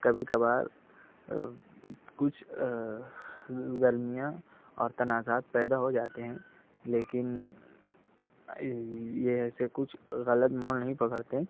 کبھی کبھار کچھ گرمیاں اور تنازعات پیدا ہو جاتے ہیں لیکن یہ ایسے کچھ غلط موڑ نہیں پکڑتے